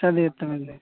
చదివిస్తాం అండి